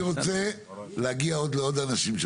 אני